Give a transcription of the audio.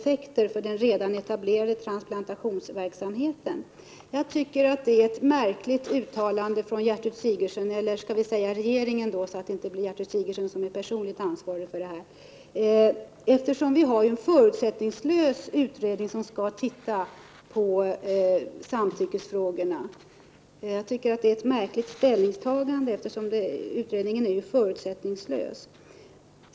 Det skulle få ”drastiska och oönskade effekter för Jag tycker att det är ett märkligt uttalande av Gertrud Sigurdsen-— eller jag kanske skall säga regeringen då, för att inte hålla Gertrud Sigurdsen personligen ansvarig för det. Jag tycker att det är ett märkligt ställningstagande, eftersom den utredning som skall se över samtyckesfrågorna är förutsättningslös.